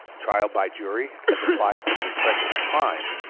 trial by jury, as applied to the repression of crime,